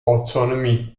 autonomy